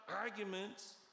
arguments